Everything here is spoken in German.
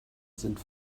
sind